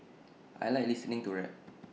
I Like listening to rap